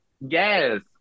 Yes